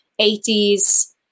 80s